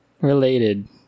related